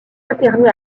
internés